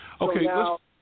Okay